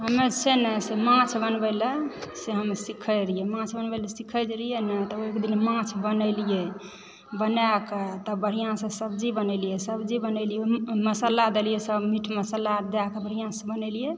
हमरा छै न से माछ बनब लऽ से हम सिखय रहियै माछ बनबै लऽ हम सिखै जे रहियै नऽ तऽ एक दिन माछ बनेलियै बनाके तब बढ़िआँसँ सब्जी बनेलियै सब्जी बनेलियै मसाला देलियै सभ ओहिमे मीट मसाला दयके बढ़िआँसँ बनेलियै